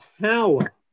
power